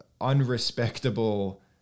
unrespectable